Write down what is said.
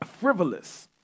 frivolous